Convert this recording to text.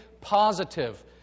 positive